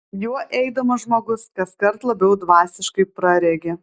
juo eidamas žmogus kaskart labiau dvasiškai praregi